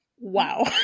wow